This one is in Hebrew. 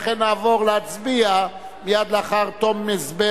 לכן נעבור להצביע מייד לאחר תום הסבר